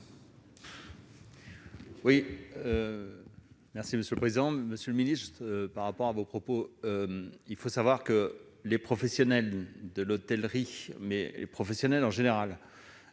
merci monsieur le président, monsieur le ministre, par rapport à vos propos, il faut savoir que les professionnels de l'hôtellerie mais et professionnelle en général